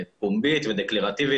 פומבית ודקלרטיבית.